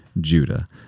Judah